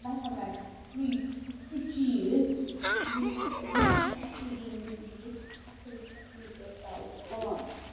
میٚتھامیٹِکسٕے یہِ چھُ سُہ چیٖز یُس یُس اَصٕل زنٛدگی سۭتۍ اَصٕل اَصلی پٲٹھۍ تعلُق تھاوان چھُ